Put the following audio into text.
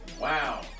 Wow